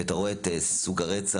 ואתה רואה את סוג הרצח.